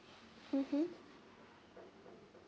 mmhmm